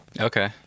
Okay